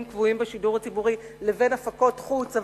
קבועים של הרשות ובין הוצאה להפקות חוץ.